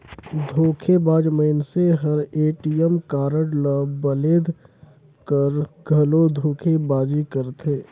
धोखेबाज मइनसे हर ए.टी.एम कारड ल बलेद कर घलो धोखेबाजी करथे